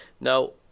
Now